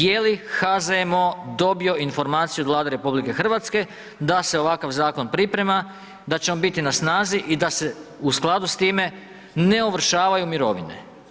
Je li HZMO dobio informaciju od Vlade RH da se ovakav zakon priprema, da će on biti na snazi i da se u skladu s time ne ovršavaju mirovine?